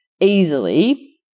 easily